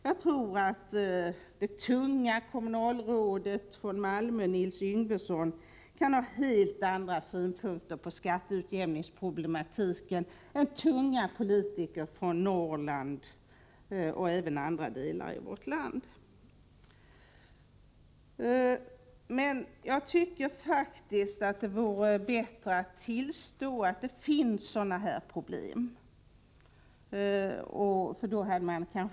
Jag tror att det tunga kommunalrådet från Malmö Nils Yngvesson kan ha helt andra synpunkter på skatteutjämningsproblematiken än tunga politiker från Norrland och andra delar av vårt land. Jag tycker att det vore bättre att tillstå att det faktiskt finns problem av denna art.